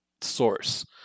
source